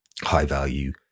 high-value